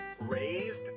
raised